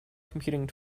computing